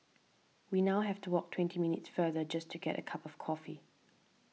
we now have to walk twenty minutes further just to get a cup of coffee